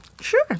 Sure